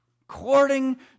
according